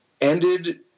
ended